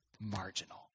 marginal